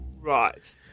Right